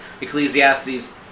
ecclesiastes